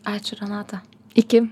ačiū renata iki